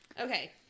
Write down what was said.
Okay